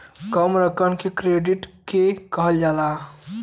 कम रकम के क्रेडिट के कहल जाला